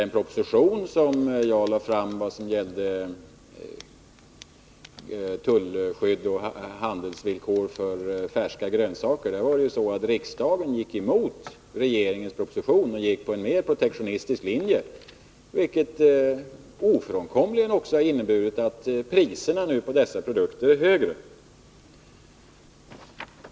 När det gäller den proposition om tullskydd och handelsvillkor i fråga om färska grönsaker som jag lade fram gick riksdagen emot regeringens förslag och valde en mer protektionistisk linje, vilket ofrånkomligen har inneburit att priserna på dessa produkter nu är högre.